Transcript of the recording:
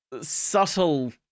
subtle